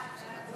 ההצעה